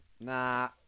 Nah